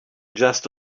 just